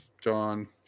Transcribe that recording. John